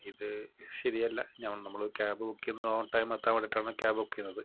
ഇത് ശരിയല്ല ഞാൻ നമ്മള് ക്യാബ് ബുക്കെയുന്നത് ഓൺ ടൈം എത്താൻ വേണ്ടിയിട്ടാണ് ക്യാബ് ബുക്കെയ്യുന്നത്